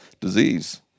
disease